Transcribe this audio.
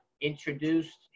introduced